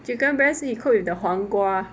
chicken breast you cook with the 黄瓜